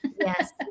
Yes